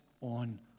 on